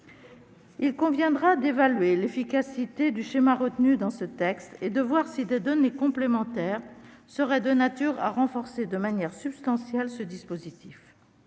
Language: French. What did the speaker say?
Il conviendra d'évaluer l'efficacité du schéma retenu dans ce texte et de déterminer si des données complémentaires seraient de nature à renforcer de manière substantielle ce dispositif.